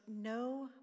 no